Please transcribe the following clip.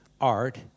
art